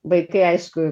vaikai aišku